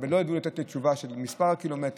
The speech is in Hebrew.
ולא ידעו לתת לי תשובה על מספר הקילומטרים,